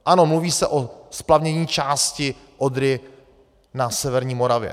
Ano, mluví se o splavnění části Odry na severní Moravě.